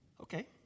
Okay